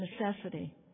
necessity